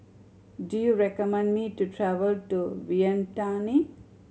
do you recommend me to travel to Vientiane